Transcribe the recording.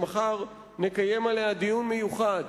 שמחר נקיים עליה דיון מיוחד